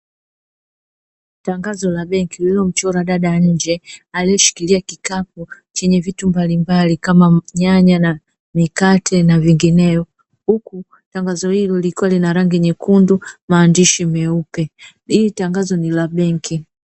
Tangazo la benki lililomchora dada nje aliyeshikilia kikapu chenye vitu mbalimbali kama nyanya na mikate na vinginevyo, huku tangazo hili likiwa na rangi nyekundu na maandishi maandishi meupe hili tangazo ni la benki.